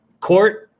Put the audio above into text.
court